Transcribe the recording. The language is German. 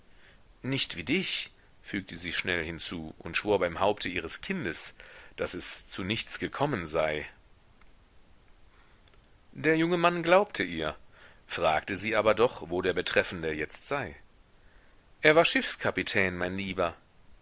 nicht wie dich fügte sie schnell hinzu und schwor beim haupte ihres kindes daß es zu nichts gekommen sei der junge mann glaubte ihr fragte sie aber doch wo der betreffende jetzt sei er war schiffskapitän mein lieber